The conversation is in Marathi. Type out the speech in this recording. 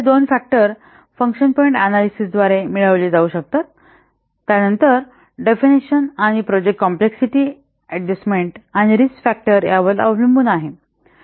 तर हे दोन फॅक्टर फंक्शन पॉइंट अनॅलिसिस द्वारे मिळविले जाऊ शकतात त्यानंतर डेफिनेशन आणि प्रोजेक्ट कॉम्प्लेक्सिटी अडजस्टमेन्ट आणि रिस्क फॅक्टर यावर अवलंबून आहे